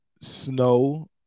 Snow